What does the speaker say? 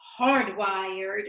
hardwired